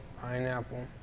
pineapple